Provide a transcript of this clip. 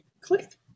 click